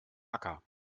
acker